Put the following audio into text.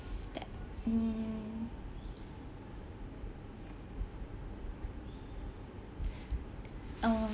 stab hmm um